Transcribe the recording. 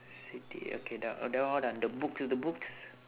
city okay done oh that one all done the book the books